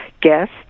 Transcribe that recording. guest